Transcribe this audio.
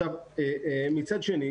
מצד שני,